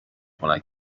خنک